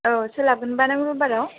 औ सोलाबगोनबा नों रबबाराव